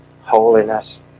holiness